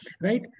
right